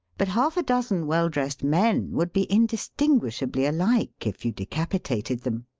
but half a dozen well dressed men would be indistinguishably alike if you decapitated them.